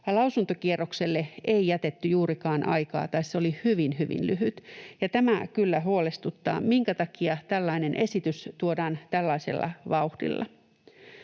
lausuntokierrokselle ei jätetty juurikaan aikaa tai se oli hyvin, hyvin lyhyt. Tämä kyllä huolestuttaa, että minkä takia tällainen esitys tuodaan tällaisella vauhdilla.